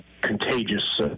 contagious